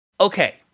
Okay